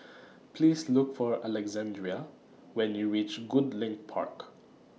Please Look For Alexandrea when YOU REACH Goodlink Park